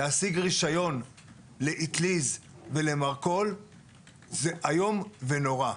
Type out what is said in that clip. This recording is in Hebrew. להשיג רישיון לאטליז ולמרכול זה איום ונורא.